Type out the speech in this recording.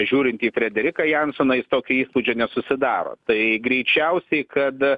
žiūrint į frederiką jansoną jis tokio įspūdžio nesusidaro tai greičiausiai kad